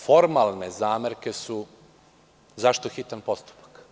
Formalne zamerke su – zašto hitan postupak?